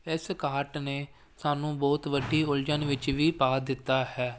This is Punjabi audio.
ਇਸ ਘਾਟ ਨੇ ਸਾਨੂੰ ਬਹੁਤ ਵੱਡੀ ਉਲਝਣ ਵਿੱਚ ਵੀ ਪਾ ਦਿੱਤਾ ਹੈ